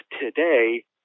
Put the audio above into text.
today